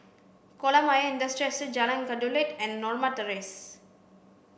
Kolam Ayer Industrial Estate Jalan Kelulut and Norma Terrace